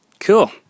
Cool